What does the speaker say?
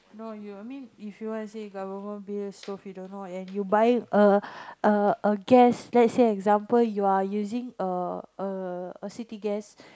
no you mean I mean if you wanna say government bill stove you don't know and you buying a a gas let's say example you're using a a city gas